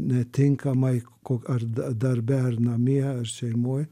netinkamai ar da darbe ar namie ar šeimoj